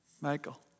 Michael